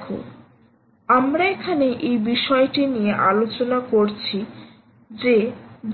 দেখো আমরা এখানে এই বিষয়টি নিয়ে আলোচনা করছি যে